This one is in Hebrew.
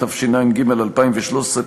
התשע"ג 2013,